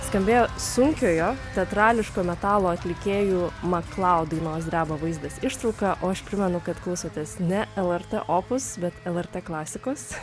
skambėjo sunkiojo teatrališko metalo atlikėjų maklaud dainos dreba vaizdas ištrauka o aš primenu kad klausotės ne lrt opus bet lrt klasikos